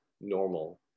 normal